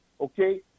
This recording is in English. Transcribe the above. Okay